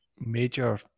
major